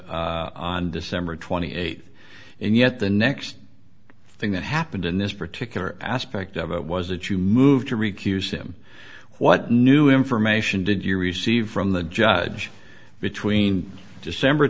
on december twenty eighth and yet the next thing that happened in this particular aspect of it was that you moved to wreak use him what new information did you receive from the judge between december